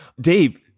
Dave